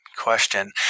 Question